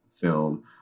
film